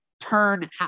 turn